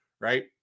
right